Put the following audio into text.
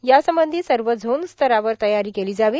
यासंबंधी सर्व झोन स्तरावर तयारी केली जावी